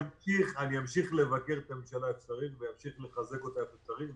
אמשיך לבקר את הממשלה כשצריך ואמשיך לחזק אותה כשצריך,